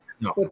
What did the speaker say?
No